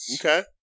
Okay